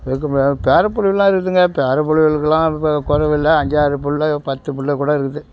கேக்கப்படாது பேர பிள்ளைவோலாம் இருக்குதுங்க பேர புள்ளைக்குலாம் எந்த குறைவு இல்லை அஞ்சு ஆறு பிள்ள பத்து பிள்ள கூட இருக்குது